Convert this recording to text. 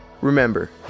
Remember